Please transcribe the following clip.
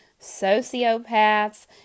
sociopaths